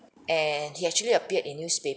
and he actually appeared in newspaper